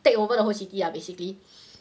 take over the whole city lah basically